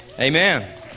Amen